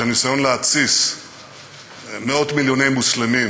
של ניסיון להתסיס מאות-מיליוני מוסלמים